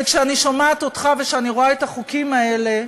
וכשאני שומעת אותך, וכשאני רואה את החוקים האלה,